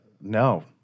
No